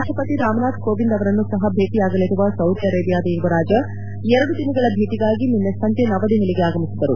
ರಾಷ್ಷಪತಿ ರಾಮನಾಥ್ ಕೋವಿಂದ್ ಅವರನ್ನು ಸಪ ಭೇಟಿಯಾಗಲಿರುವ ಸೌದಿ ಅರೇಬಿಯಾದ ಯುವರಾಜ ಎರಡು ದಿನಗಳ ಭೇಟಿಗಾಗಿ ನಿನ್ನೆ ಸಂಜೆ ನವದೆಹಲಿಗೆ ಆಗಮಿಸಿದರು